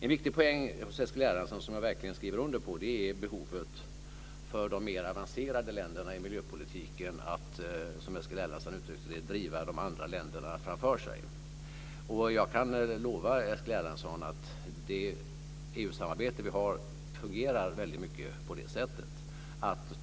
En viktig poäng hos Eskil Erlandsson, som jag verkligen skriver under på, är behovet för de mer avancerade länderna i miljöpolitiken att, som Eskil Erlandsson uttryckte det, driva de andra länderna framför sig. Jag kan lova Eskil Erlandsson att det EU samarbete vi har fungerar väldigt mycket på det sättet.